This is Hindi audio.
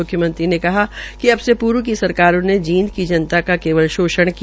म्ख्यमंत्री ने कहा अब से पूर्व की सरकारों ने जींद की जनता का केवल शोषण किया